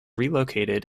relocated